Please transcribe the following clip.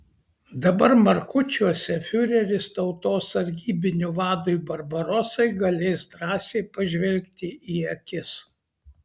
dabar markučiuose fiureris tautos sargybinių vadui barbarosai galės drąsiai pažvelgti į akis